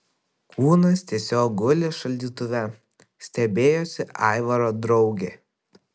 kūnas tiesiog guli šaldytuve stebėjosi aivaro draugė